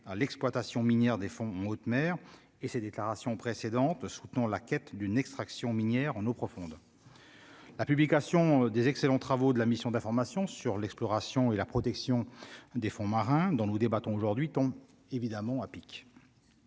à l'exploitation minière des fonds en haute mer et ses déclarations précédentes, soutenons la quête d'une extraction minière en eaux profondes. La publication des excellents travaux de la mission d'information sur l'exploration et la protection des fonds marins dont nous débattons aujourd'hui tombe évidemment à pic.